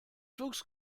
flux